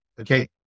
Okay